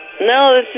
No